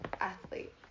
athlete